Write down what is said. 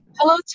Hello